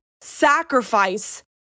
sacrifice